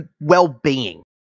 well-being